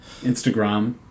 Instagram